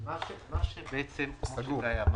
מה שגיא אמר,